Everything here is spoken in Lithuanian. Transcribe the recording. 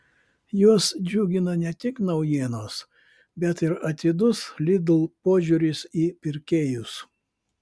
juos džiugina ne tik naujienos bet ir atidus lidl požiūris į pirkėjus